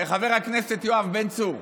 חבר הכנסת יואב בן צור,